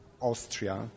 Austria